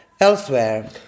elsewhere